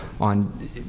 on